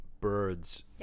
birds